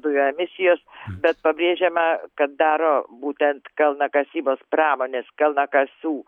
dujų emisijos bet pabrėžiama kad daro būtent kalnakasybos pramonės kalnakasių